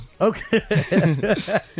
Okay